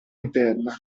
interna